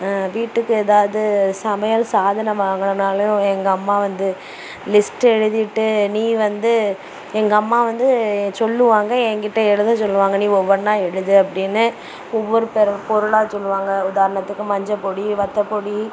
வீட்டுக்கு ஏதாவது சமையல் சாதனம் வாங்கணும்னாலும் எங்கள் அம்மா வந்து லிஸ்ட்டு எழுதிட்டு நீ வந்து எங்கள் அம்மா வந்து சொல்லுவாங்கள் எங்கிட்ட எழுத சொல்லுவாங்கள் நீ ஒவ்வொன்றா எழுது அப்படின்னு ஒவ்வொரு பெரு பொருளாக சொல்லுவாங்கள் உதாரணத்துக்கு மஞ்சப்பொடி வத்தப்பொடி